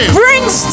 brings